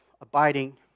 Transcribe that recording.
abiding